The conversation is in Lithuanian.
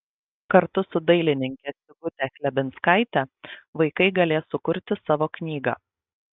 kartu su dailininke sigute chlebinskaite vaikai galės sukurti savo knygą